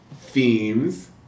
themes